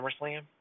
SummerSlam